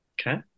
Okay